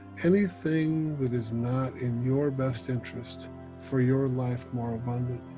anything that is not in your best interest for your life more abundant.